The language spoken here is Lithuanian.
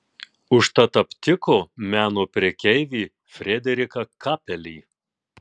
užtat aptiko meno prekeivį frederiką kapelį